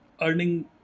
earning